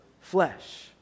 flesh